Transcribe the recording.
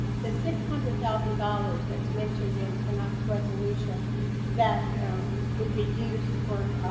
the, six hundred thousand dollars that's mentioned in tonight's resolution that would be used for